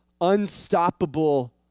unstoppable